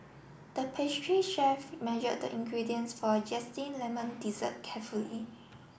the pastry chef measured the ingredients for a zesty lemon dessert carefully